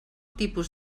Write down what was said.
tipus